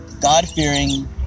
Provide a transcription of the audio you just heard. God-fearing